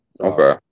Okay